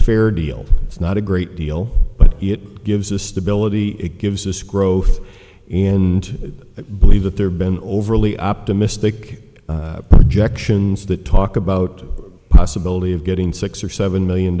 fair deal it's not a great deal but it gives a stability it gives us growth and believe that there have been overly optimistic projections that talk about possibility of getting six or seven million